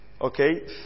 Okay